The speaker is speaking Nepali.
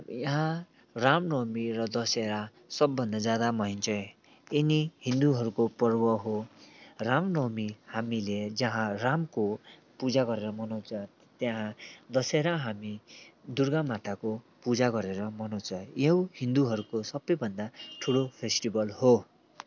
यहाँ रामनवमी र दसेरा सबभन्दा ज्यादा मनाइन्छ यिनी हिन्दूहरूको पर्व हो रामनवमी हामीले जहाँ रामको पूजा गरेर मनाउँछ त्यहाँ दसेरा हामी दुर्गा माताको पूजा गरेर मनाउँछ यो हिन्दूहरूको सबैभन्दा ठुलो फेस्टिबल हो